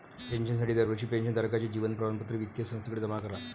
पेन्शनसाठी दरवर्षी पेन्शन धारकाचे जीवन प्रमाणपत्र वित्तीय संस्थेकडे जमा करा